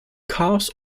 chaos